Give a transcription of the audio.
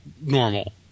normal